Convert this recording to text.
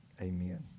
amen